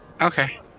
Okay